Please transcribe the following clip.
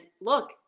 look